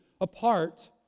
apart